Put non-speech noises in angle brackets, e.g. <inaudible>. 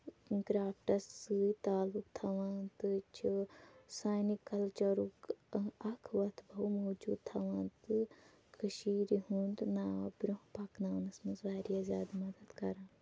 کرٛافٹَس سۭتۍ تعلُق تھاوان تہٕ چھِ سانہِ کَلچرُک <unintelligible> اکھ وَتھ ہاونہٕ موٗجوٗب تھاوان تہٕ کٔشیٖرِ ہُنٛد ناو برٛونٛہہ پَکناونَس منٛز واریاہ زیادٕ مدتھ کران